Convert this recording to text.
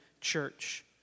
church